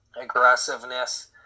aggressiveness